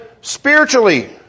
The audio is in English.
spiritually